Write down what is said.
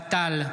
אוהד טל,